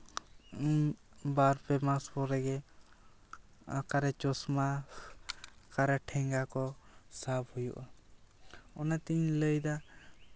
ᱵᱟᱨ ᱯᱮ ᱢᱟᱥ ᱯᱚᱨᱮᱜᱮ ᱚᱠᱟᱨᱮ ᱪᱚᱥᱢᱟ ᱚᱠᱟᱨᱮ ᱴᱷᱮᱸᱝᱜᱟ ᱠᱚ ᱥᱟᱵ ᱦᱩᱭᱩᱜᱼᱟ ᱚᱱᱟᱛᱤᱧ ᱞᱟᱹᱭᱫᱟ